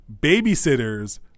Babysitters